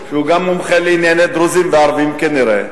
שהוא גם מומחה לענייני דרוזים וערבים כנראה,